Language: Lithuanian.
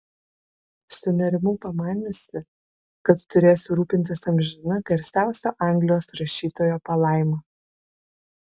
sunerimau pamaniusi kad turėsiu rūpintis amžina garsiausio anglijos rašytojo palaima